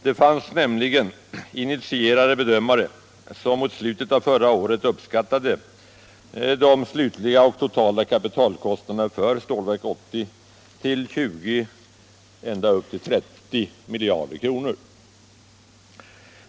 Det fanns initierade bedömare som mot slutet av förra året uppskattade de slutliga och totala kapitalkostnaderna för Stålverk 80 till 20, ända upp till 30 miljarder kronor.